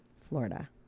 Florida